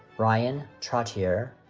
ryan trottier